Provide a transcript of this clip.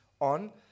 on